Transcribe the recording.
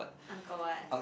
Angkor-Wat